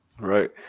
Right